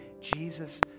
Jesus